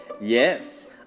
Yes